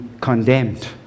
condemned